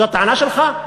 זאת הטענה שלך?